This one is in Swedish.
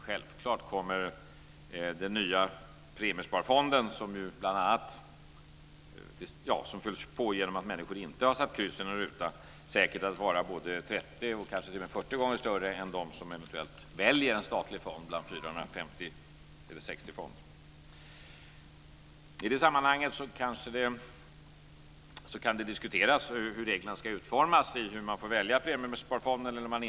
Självklart kommer den nya premiesparfonden, som fylls på genom att människor inte har satt kryss i någon ruta, säkert att vara 30-40 gånger större än någon av de 450-460 fonderna. I det sammanhanget kan det diskuteras hur reglerna för hur man får välja premiesparfonden ska utformas.